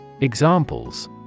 Examples